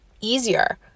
easier